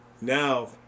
now